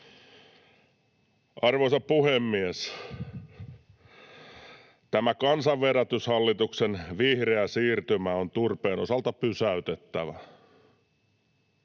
Arvoisa puhemies! Tämä kansanvedätyshallituksen vihreä siirtymä on turpeen osalta pysäytettävä.